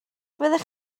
fyddech